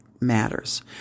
matters